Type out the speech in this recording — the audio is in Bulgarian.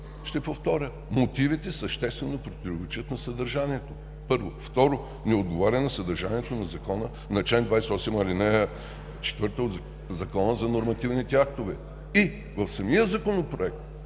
ще повторя: мотивите съществено противоречат на съдържанието – първо. Второ, не отговаря на съдържанието на Закона, на чл. 28, ал. 4 от Закона за нормативните актове. И в самия Законопроект